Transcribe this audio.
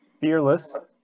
Fearless